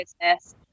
business